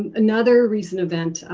another recent event,